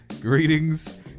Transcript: greetings